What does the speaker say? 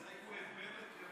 הם הזעיקו את בנט שיבוא